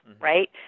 right